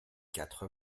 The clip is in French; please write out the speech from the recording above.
quatre